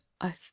I